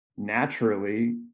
naturally